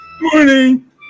Morning